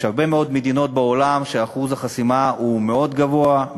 יש הרבה מאוד מדינות בעולם שאחוז החסימה בהן מאוד גבוה,